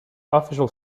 official